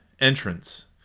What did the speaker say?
entrance